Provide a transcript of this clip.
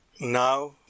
Now